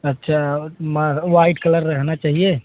अच्छा white colour रहना चाहिए